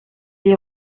est